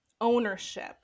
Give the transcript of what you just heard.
ownership